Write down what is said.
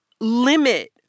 limit